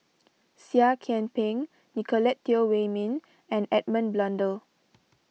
Seah Kian Peng Nicolette Teo Wei Min and Edmund Blundell